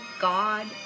God